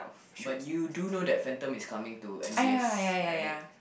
but you do know that phantom is coming to M_B_S right